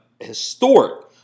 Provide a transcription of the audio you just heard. historic